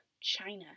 china